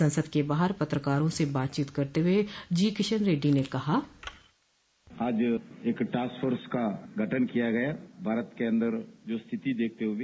संसद के बाहर पत्रकारों से बात करते हुए जी किशन रेड्डी ने कहा बाइट आज एक टॉस्क फोर्स का गठन किया गया है भारत के अंदर जो स्थिति देखते हए